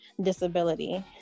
disability